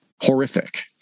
horrific